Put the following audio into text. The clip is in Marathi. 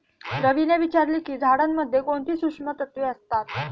रवीने विचारले की झाडांमध्ये कोणती सूक्ष्म तत्वे असतात?